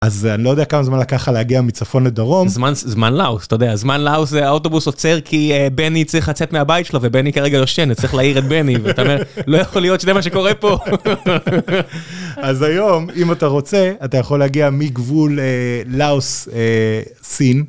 אז אני לא יודע כמה זמן לקחה להגיע מצפון לדרום. זמן לאוס, אתה יודע, זמן לאוס, האוטובוס עוצר כי בני צריך לצאת מהבית שלו, ובני כרגע יושן, צריך להעיר את בני, ואתה אומר, לא יכול להיות שזה מה שקורה פה. אז היום, אם אתה רוצה, אתה יכול להגיע מגבול לאוס-סין.